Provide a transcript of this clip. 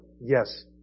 Yes